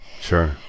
Sure